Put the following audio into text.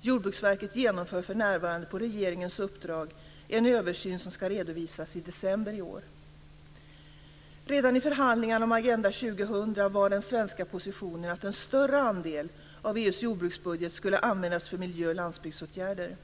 Jordbruksverket genomför för närvarande på regeringens uppdrag en översyn som ska redovisas i december i år. Redan i förhandlingarna om Agenda 2000 var den svenska positionen att en större andel av EU:s jordbruksbudget skulle användas för miljö och landsbygdsåtgärder.